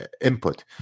input